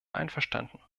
einverstanden